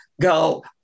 go